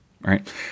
right